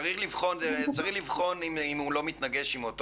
צריך לבחון אם הוא לא מתנגש עם אותו